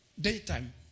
daytime